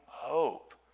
Hope